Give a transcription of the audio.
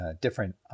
different